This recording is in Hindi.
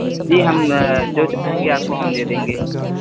जी हम जो चाहेंगे आपको हम दे देंगे